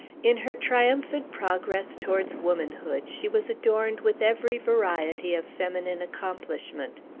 in her triumphant progress towards womanhood, she was adorned with every variety of feminine accomplishment.